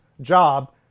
job